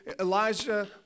Elijah